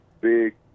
big